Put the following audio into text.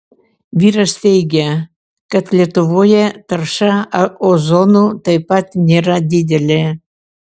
vyras teigia kad lietuvoje tarša ozonu taip pat nėra didelė